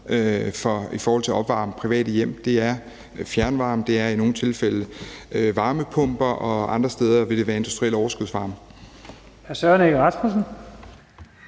i forhold til at opvarme private hjem. Det er fjernvarme. Det er i nogle tilfælde varmepumper, og andre steder vil det være industriel overskudsvarme.